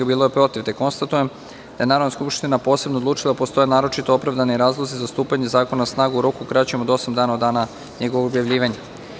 Konstatujem da je Narodna skupština posebno odlučila da postoje naročito opravdani razlozi za stupanje zakona na snagu u roku kraćem od osam dana od dana njegovog objavljivanja.